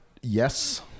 yes